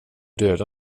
döda